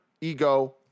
Ego